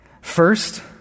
First